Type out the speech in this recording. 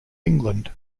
england